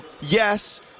yes –